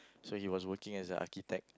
so he was working as a architect